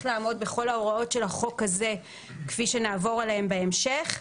לעמוד בכל ההוראות של החוק הזה כפי שנעבור עליהן בהמשך,